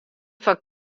fan